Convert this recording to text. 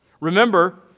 Remember